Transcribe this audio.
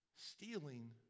stealing